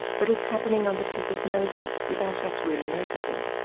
but it's happening under people's noses without us really noticing.